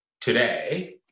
today